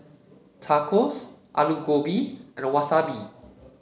Tacos Alu Gobi and Wasabi